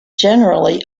generally